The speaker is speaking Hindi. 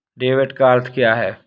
डेबिट का अर्थ क्या है?